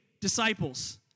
disciples